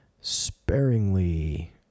sparingly